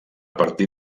partir